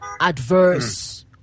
adverse